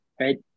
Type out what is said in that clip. right